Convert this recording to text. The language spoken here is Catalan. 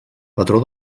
patró